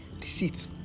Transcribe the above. deceit